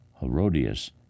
Herodias